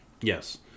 Yes